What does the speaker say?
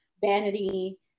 vanity